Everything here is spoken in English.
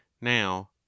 now